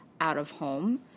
out-of-home